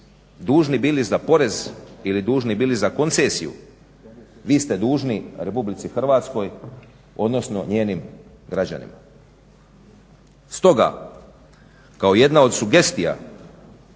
Dužni bili za porez ili dužni bili za koncesiju vi ste dužni RH odnosno njenim građanima. Stoga kao jedna od sugestija